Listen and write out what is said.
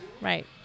right